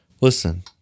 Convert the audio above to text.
listen